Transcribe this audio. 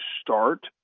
start